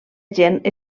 gent